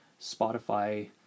Spotify